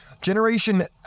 Generation